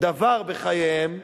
זה מעניין.